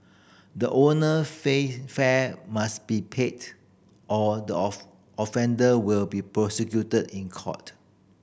the owner fare must be paid or the of offender will be prosecuted in court